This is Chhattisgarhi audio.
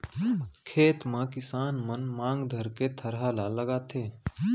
खेत म किसान मन मांग धरके थरहा ल लगाथें